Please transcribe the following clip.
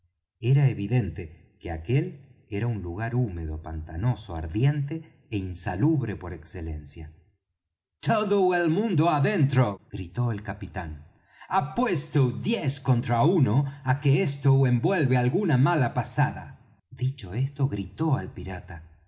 era evidente que aquel era un lugar húmedo pantanoso ardiente é insalubre por excelencia todo el mundo adentro gritó el capitán apuesto diez contra uno á que esto envuelve alguna mala pasada dicho esto gritó al pirata